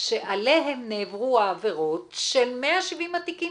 שעליהם נעברו העבירות ש-170 התיקים